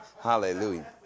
hallelujah